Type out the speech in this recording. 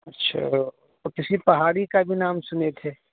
اچھا اور کسی پہاڑی کا بھی نام سنے تھے